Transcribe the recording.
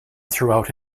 throughout